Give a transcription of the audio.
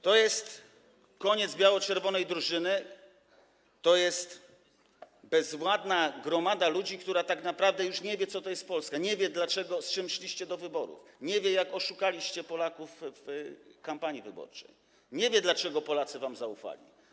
To jest koniec biało-czerwonej drużyny, to jest bezładna gromada ludzi, która tak naprawdę już nie wie, co to jest Polska, nie wie, dlaczego, z czym szliście do wyborów, nie wie, jak oszukaliście Polaków w kampanii wyborczej, nie wie, dlaczego Polacy wam zaufali.